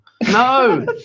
No